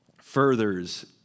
furthers